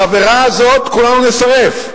בתבערה הזו כולנו נישרף,